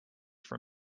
from